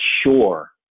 sure